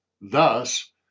thus